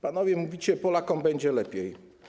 Panowie mówicie Polakom: będzie lepiej.